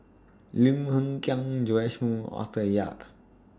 Lim Hng Kiang Joash Moo and Arthur Yap